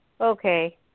Okay